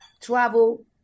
travel